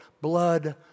blood